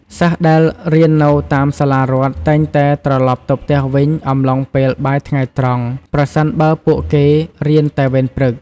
សិស្សដែលរៀននៅតាមសាលារដ្ឋតែងតែត្រឡប់ទៅផ្ទះវិញអំឡុងពេលបាយថ្ងៃត្រង់ ប្រសិនបើពួកគេរៀនតែវេនព្រឹក។